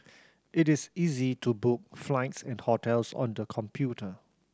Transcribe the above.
it is easy to book flights and hotels on the computer